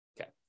Okay